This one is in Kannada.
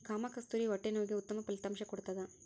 ಕಾಮಕಸ್ತೂರಿ ಹೊಟ್ಟೆ ನೋವಿಗೆ ಉತ್ತಮ ಫಲಿತಾಂಶ ಕೊಡ್ತಾದ